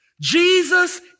Jesus